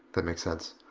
that makes sense.